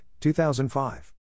2005